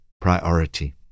priority